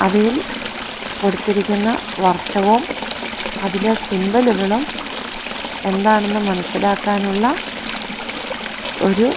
അവയിൽ കൊടുത്തിരിക്കുന്ന വർഷവും അതിലെ സിമ്പലുകളും എന്താണെന്ന് മനസ്സിലാക്കാനുള്ള ഒരു